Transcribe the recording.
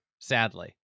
sadly